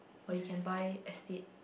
or you can buy estate